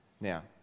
now